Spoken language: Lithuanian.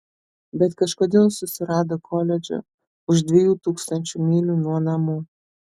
bet kažkodėl susirado koledžą už dviejų tūkstančių mylių nuo namų